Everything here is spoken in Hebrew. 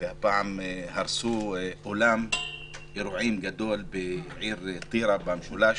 והפעם הרסו אולם אירועים גדול בעיר טירה, במשולש.